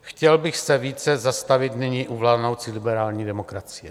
Chtěl bych se více zastavit nyní u vládnoucí liberální demokracie.